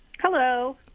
Hello